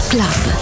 Club